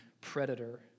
predator